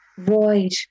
void